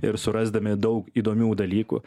ir surasdami daug įdomių dalykų